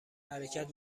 حرکت